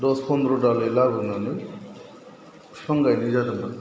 दस फन्द्र' दालै लाबोनानै बिफां गायनाय जादोंमोन